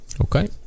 Okay